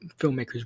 filmmakers